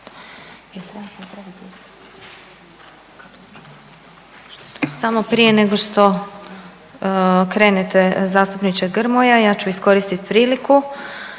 Samo prije nego što krenete zastupniče Grmoja ja ću iskoristiti priliku